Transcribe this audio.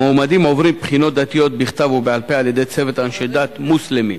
המועמדים עוברים בחינות דת בכתב ובעל-פה על-ידי צוות אנשי דת מוסלמים,